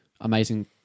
amazing